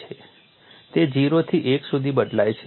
તે 0 થી 1 સુધી બદલાય છે